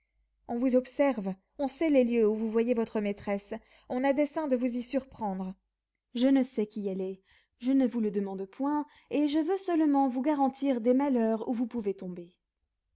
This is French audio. on vous observe on sait les lieux où vous voyez votre maîtresse on a dessein de vous y surprendre je ne sais qui elle est je ne vous le demande point et je veux seulement vous garantir des malheurs où vous pouvez tomber